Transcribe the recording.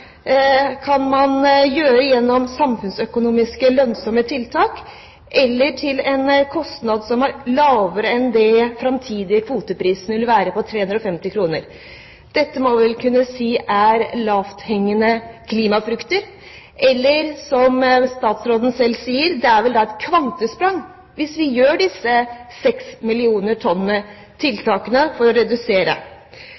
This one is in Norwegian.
kan man ta gjennom samfunnsøkonomisk lønnsomme tiltak, eller til en kostnad som er lavere enn den framtidige kvoteprisen på 350 kr. Dette må vi vel kunne si er lavthengende klimafrukter, eller, som statsråden selv sier, det er vel et kvantesprang hvis vi setter i verk disse 6 millioner